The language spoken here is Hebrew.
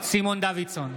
סימון דוידסון,